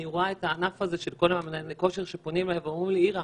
אני רואה את כל מאמני הכושר שפונים אליי ואומרים: אירה,